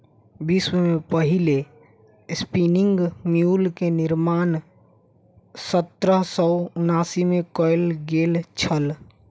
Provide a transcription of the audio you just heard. विश्व में पहिल स्पिनिंग म्यूल के निर्माण सत्रह सौ उनासी में कयल गेल छल